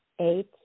eight